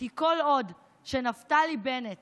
כי כל עוד נפתלי בנט